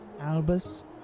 Albus